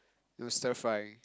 you know stir frying